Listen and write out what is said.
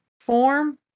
form